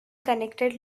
connected